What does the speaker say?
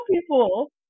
people